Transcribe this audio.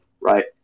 right